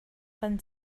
kan